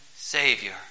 Savior